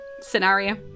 scenario